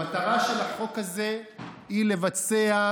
המטרה של החוק הזה היא לבצע,